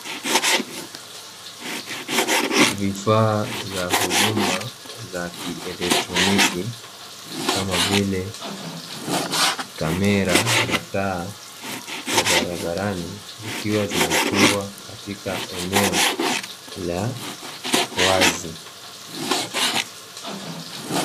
Vifaa vya huduma za kielektroniki kama vile: kamera na taa za barabarani, Zikiwa zimefungwa katika eneo la wazi.